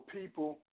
people